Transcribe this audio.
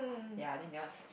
ya I think that one is